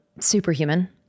Superhuman